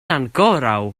ankoraŭ